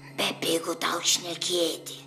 bepigu tau šnekėti